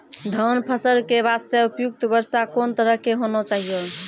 धान फसल के बास्ते उपयुक्त वर्षा कोन तरह के होना चाहियो?